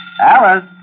Alice